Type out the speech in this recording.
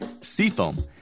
Seafoam